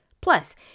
Plus